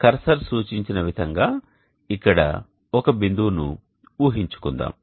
cursor సూచించిన విధంగా ఇక్కడ ఒక బిందువును ఊహించుకుందాం